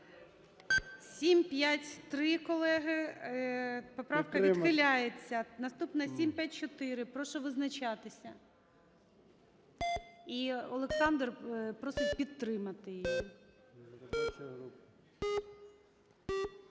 753-я, колеги, поправка відхиляється. Наступна – 754-а. Прошу визначатися. І Олександр просить підтримати її.